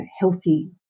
healthy